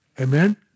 Amen